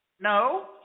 no